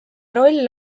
roll